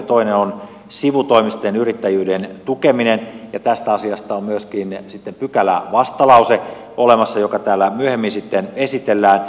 toinen on sivutoimisen yrittäjyyden tukeminen ja tästä asiasta on olemassa myöskin sitten pykälävastalause joka täällä myöhemmin sitten esitellään